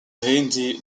hindi